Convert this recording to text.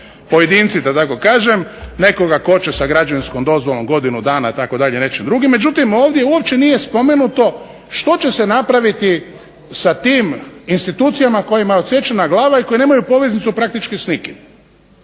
pojedinci da tako kažem nekoga koče sa građevinskom dozvolom godinu dana itd. nečim drugim, međutim ovdje uopće nije spomenuto što će se napraviti sa tim institucijama kojima je odsječena glava i koje nemaju poveznicu praktički s nikim.